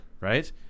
right